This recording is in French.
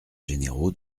généraux